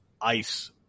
Ice –